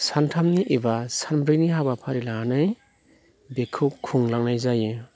सानथामनि एबा सानब्रैनि हाबाफारि लानानै बेखौ खुंलांनाय जायो